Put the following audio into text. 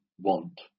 want